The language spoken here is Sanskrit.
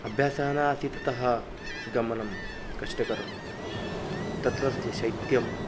अभ्यासः न आसीत् अतः गमनं कष्टकरं तत्रत्यं शैत्यं